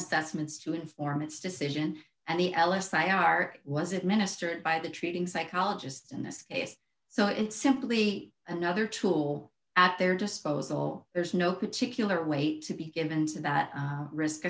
assessments to inform its decision and the l s i art was administered by the treating psychologists in this case so it's simply another tool at their disposal there's no particular weight to be given to that risk